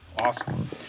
Awesome